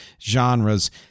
genres